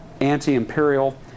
anti-Imperial